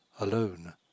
alone